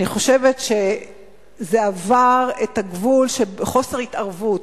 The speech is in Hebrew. אני חושבת שזה עבר את הגבול של חוסר התערבות.